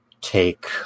take